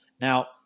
Now